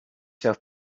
sell